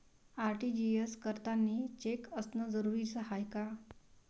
RTGS करतांनी cheque असनं जरुरीच हाय का?